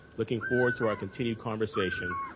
looking forward to our continued conversation,